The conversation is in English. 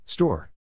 Store